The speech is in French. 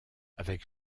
avec